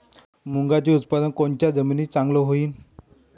मुंगाचं उत्पादन कोनच्या जमीनीत चांगलं होईन?